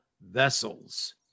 vessels